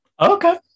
Okay